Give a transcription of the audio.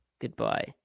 Goodbye